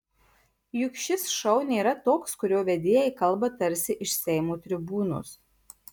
juk šis šou nėra toks kurio vedėjai kalba tarsi iš seimo tribūnos